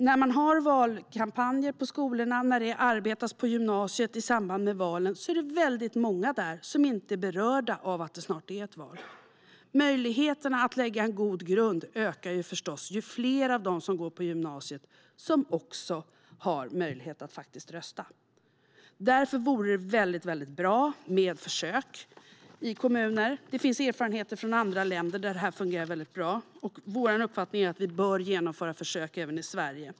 När man har valkampanjer på skolorna och det arbetas på gymnasiet i samband med valen är det väldigt många där som inte är berörda av att det snart är ett val. Möjligheterna att lägga en god grund ökar förstås ju fler av dem som går på gymnasiet som också har möjlighet att rösta. Därför vore det väldigt bra med försök i kommuner. Det finns erfarenheter från andra länder där det fungerar väldigt bra. Vår uppfattning är vi bör genomföra försök även i Sverige.